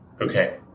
Okay